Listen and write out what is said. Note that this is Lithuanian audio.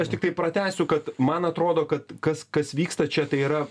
aš tiktai pratęsiu kad man atrodo kad kas kas vyksta čia tai yra